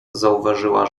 zauważyła